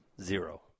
Zero